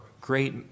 great